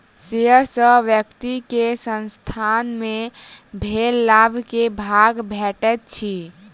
share सॅ व्यक्ति के संसथान मे भेल लाभ के भाग भेटैत अछि